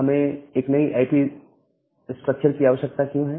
हमें एक नए आईपी स्ट्रक्चर की आवश्यकता क्यों है